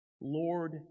Lord